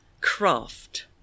craft